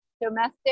domestic